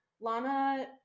Lana